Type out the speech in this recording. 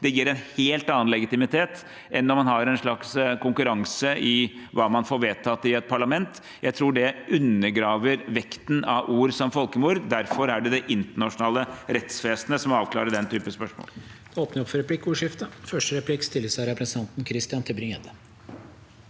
oss, gir en helt annen legitimitet enn om man har en slags konkurranse i hva man får vedtatt i et parlament. Jeg tror det undergraver vekten av ord som folkemord. Derfor er det det internasjonale rettsvesenet som må avklare den typen spørsmål.